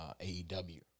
AEW